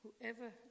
whoever